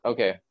Okay